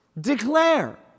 declare